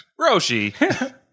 Roshi